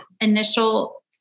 initial